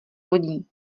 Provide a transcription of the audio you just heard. lodí